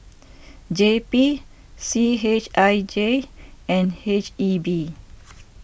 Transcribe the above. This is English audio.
J P C H I J and H E B